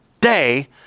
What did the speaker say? day